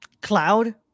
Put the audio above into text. Cloud